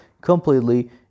completely